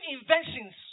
inventions